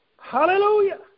Hallelujah